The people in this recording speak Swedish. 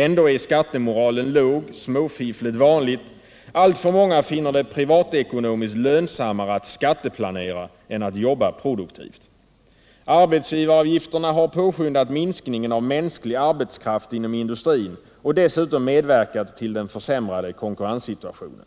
Ändå är skattemoralen låg och småfifflet vanligt; alltför många finner det privatekonomiskt lönsammare att ”skatteplanera” än att jobba produktivt. Arbetsgivaravgifterna har påskyndat minskningen av mänsklig arbetskraft inom industrin och dessutom medverkat till den försämrade konkurrenssituationen.